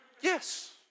Yes